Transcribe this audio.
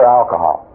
alcohol